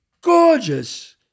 gorgeous